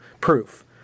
proof